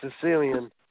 Sicilian